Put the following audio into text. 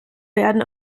werden